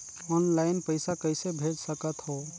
Online पइसा कइसे भेज सकत हो?